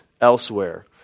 elsewhere